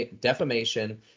defamation